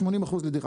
80% לדירה.